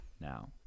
now